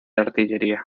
artillería